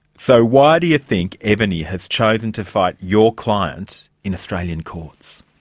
so why do you think evony has chosen to fight your client in australian courts?